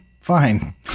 fine